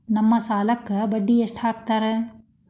ನಮ್ ಸಾಲಕ್ ಬಡ್ಡಿ ಎಷ್ಟು ಹಾಕ್ತಾರ?